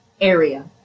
area